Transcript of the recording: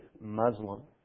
Muslim